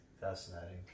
Fascinating